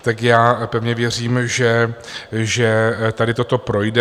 Tak já pevně věřím, že tady toto projde.